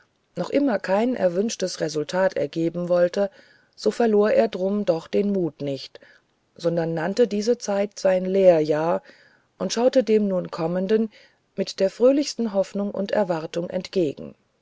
noch immer kein erwünschtes resultat ergeben wollte so verlor er drum doch den mut nicht sondern nannte diese zeit sein lehrjahr und schaute dem nun kommenden mit der fröhlichsten hoffnung und erwartung entgegen